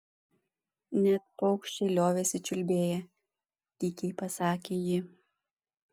net paukščiai liovėsi čiulbėję tykiai pasakė ji